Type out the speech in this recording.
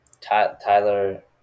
Tyler